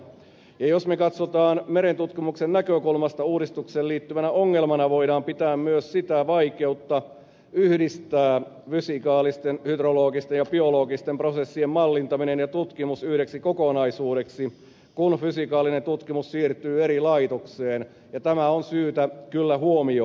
jos me katsomme merentutkimuksen näkökulmasta niin uudistukseen liittyvänä ongelmana voidaan pitää myös vaikeutta yhdistää fysikaalisten hydrologisten ja biologisten prosessien mallintaminen ja tutkimus yhdeksi kokonaisuudeksi kun fysikaalinen tutkimus siirtyy eri laitokseen ja tämä on syytä kyllä huomioida